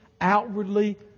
outwardly